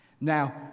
now